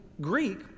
Greek